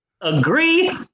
agree